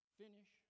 finish